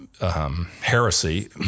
Heresy